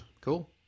Cool